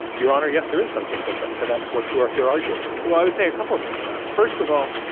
your honor, yes, there is something different, and that's what we're here arguing. well, i would say a couple of things about it. first of all,